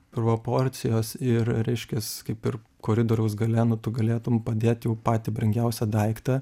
proporcijos ir reiškias kaip ir koridoriaus gale nu tu galėtum padėt jau patį brangiausią daiktą